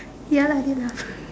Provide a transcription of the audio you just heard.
ya lah I did lah